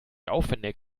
aufwendig